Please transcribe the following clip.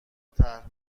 طرح